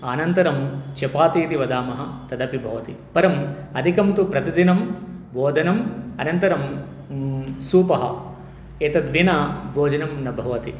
अनन्तरं चपाति इति वदामः तदपि भवति परम् अधिकं तु प्रतिदिनम् ओदनम् अनन्तरं सूपः एतेन विना भोजनं न भवति